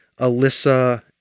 Alyssa